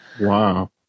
Wow